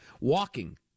Walking